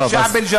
לא, כבר מעבר לסוף.